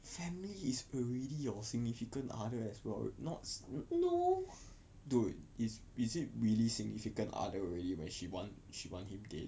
no